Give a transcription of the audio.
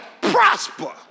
prosper